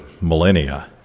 millennia